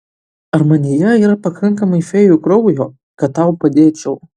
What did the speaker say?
ar manyje yra pakankamai fėjų kraujo kad tau padėčiau